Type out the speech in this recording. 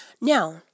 Now